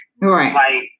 Right